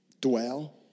Dwell